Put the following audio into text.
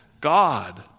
God